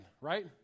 right